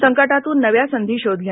संकटातून नव्या संधी शोधल्या